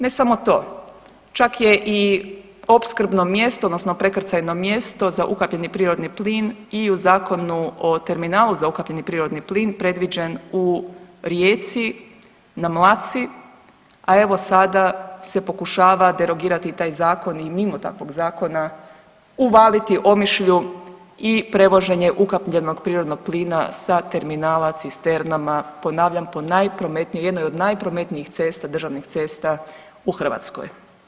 Ne samo to, čak je i opskrbno mjesto odnosno prekrcajno mjesto za ukapljeni prirodni plin i u Zakonu o terminalnu za ukapljeni prirodni plin predviđen u Rijeci na Mlaci, a evo sada se pokušava derogirati i taj zakon i mimo takvog zakona uvaliti Omišlju i prevoženje ukapljenog prirodnog plina sa terminala cisternama, ponavlja po najprometnijoj, jednoj od najprometnijih cesta, državnih cesta u Hrvatskoj.